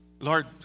Lord